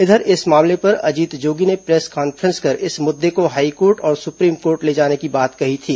इधर इस मामले पर अजीत जोगी ने प्रेस कॉन्फ्रेंस में इस मुद्दे को हाईकोर्ट और सुप्रीम कोर्ट ले जाने की बात कही थी